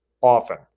often